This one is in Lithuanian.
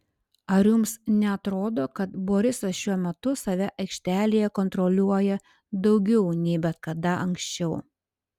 ar jums neatrodo kad borisas šiuo metu save aikštelėje kontroliuoja daugiau nei bet kada anksčiau